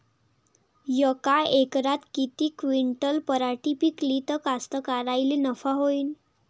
यका एकरात किती क्विंटल पराटी पिकली त कास्तकाराइले नफा होईन?